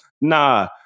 Nah